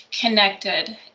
connected